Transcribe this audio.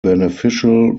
beneficial